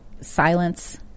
silence